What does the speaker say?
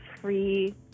free